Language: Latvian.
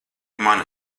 mana